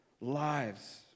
lives